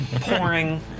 Pouring